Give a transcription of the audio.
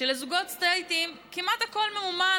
שלזוגות סטרייטים כמעט הכול ממומן,